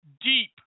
deep